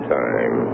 time